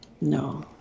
No